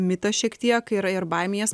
mitas šiek tiek yra ir baimės